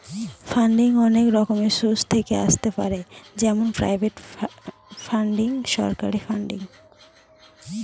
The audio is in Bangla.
ফান্ডিং অনেক রকমের সোর্স থেকে আসতে পারে যেমন প্রাইভেট ফান্ডিং, সরকারি ফান্ডিং